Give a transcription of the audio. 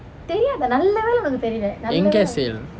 எங்கே:engae sale